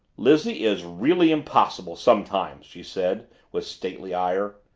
lizzie is really impossible sometimes! she said with stately ire.